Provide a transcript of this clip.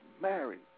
married